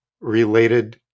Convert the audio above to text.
related